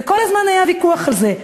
וכל הזמן היה ויכוח על זה.